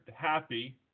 happy